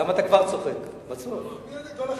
כל אחד,